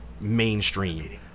mainstream